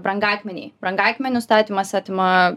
brangakmeniai brangakmenių statymas atima